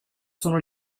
sono